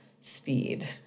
speed